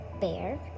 Bear